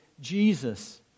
Jesus